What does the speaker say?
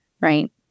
right